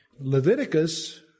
Leviticus